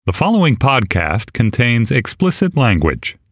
the following podcast contains explicit language